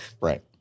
right